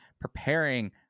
preparing